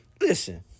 Listen